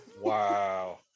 Wow